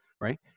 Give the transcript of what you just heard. right